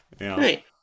right